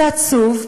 זה עצוב,